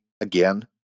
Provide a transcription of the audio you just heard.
again